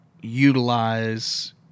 utilize